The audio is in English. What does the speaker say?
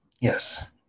yes